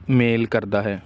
ਮੇਲ ਕਰਦਾ ਹੈ